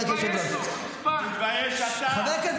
תתבייש אתה.